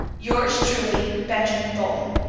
yours truly, benjamin bolton.